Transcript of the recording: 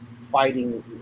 fighting